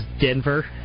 Denver